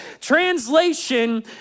Translation